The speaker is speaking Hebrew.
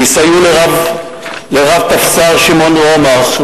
יסייעו לרב-טפסר שמעון רומח,